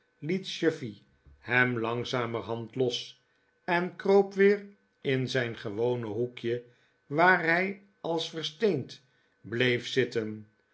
chuffey hem langzamerhand los en kroop weer in zijn gewone hoekje waar hij als versteend bleef zitten